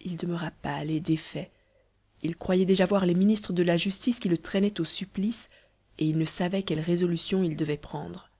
il demeura pâle et défait il croyait déjà voir les ministres de la justice qui le traînaient au supplice et il ne savait quelle résolution il devait prendre